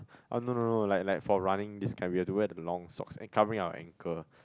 ah no no no like like for running this kind we have to wear the long socks and covering our ankle